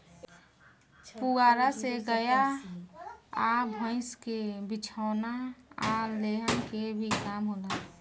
पुआरा से गाय आ भईस के बिछवाना आ लेहन के भी काम होला